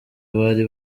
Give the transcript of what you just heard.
abari